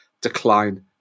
decline